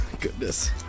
Goodness